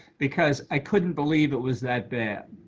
because i couldn't believe it was that bad.